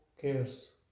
cares